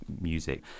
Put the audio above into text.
music